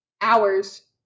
Hours